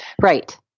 Right